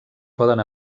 poden